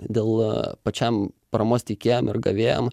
dėl pačiam paramos teikėjam ir gavėjam